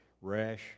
rash